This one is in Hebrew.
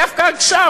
דווקא עכשיו,